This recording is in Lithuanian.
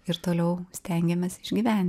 ir toliau stengiamės išgyven